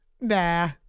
nah